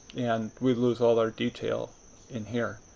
and we lose all our detail in here.